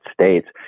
States